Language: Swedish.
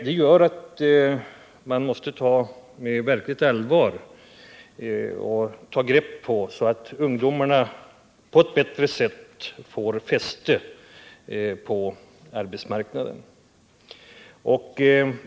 Detta gör att man måste ta ungdomsarbetslösheten på verkligt allvar och ta till sådana grepp att ungdomarna på ett bättre sätt får fäste på arbetsmarknaden.